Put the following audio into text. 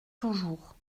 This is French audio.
toujours